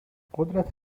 قدرت